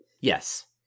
Yes